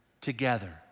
together